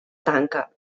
tanca